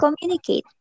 communicate